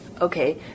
Okay